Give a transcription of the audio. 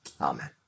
Amen